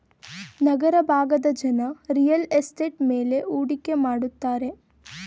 ನಗರ ಭಾಗದ ಜನ real estate ಮೇಲೆ ಹೂಡಿಕೆ ಮಾಡುತ್ತಾರೆ